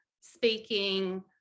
speaking